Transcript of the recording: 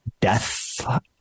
death